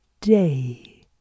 day